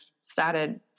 started